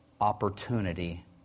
opportunity